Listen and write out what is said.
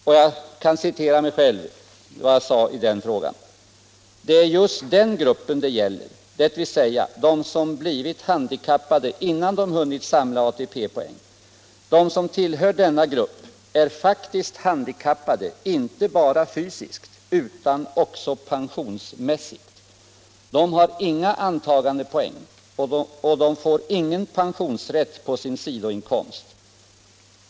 Jag kan i den frågan fortsätta att citera vad jag då sade: ”Det är just den gruppen det gäller, dvs. de som blivit handikappade innan de hunnit samla ATP-poäng. De som tillhör denna grupp är faktiskt handikappade inte bara fysiskt utan också pensionsmässigt. De har inga antagandepoäng och de får ingen pensionsrätt på sin sidoinkomst.